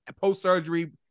post-surgery